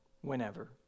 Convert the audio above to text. whenever